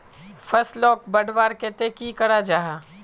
फसलोक बढ़वार केते की करा जाहा?